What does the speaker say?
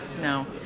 No